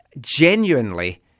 Genuinely